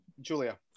julia